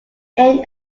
end